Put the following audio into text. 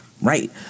right